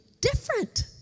different